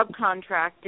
subcontracted